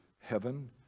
heaven